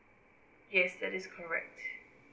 yes that is correct